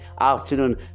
afternoon